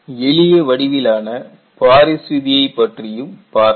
எளிய வடிவிலான பாரிஸ் விதியைப் பற்றியும் பார்த்தோம்